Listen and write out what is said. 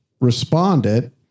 responded